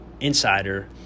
Insider